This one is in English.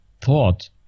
thought